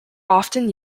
often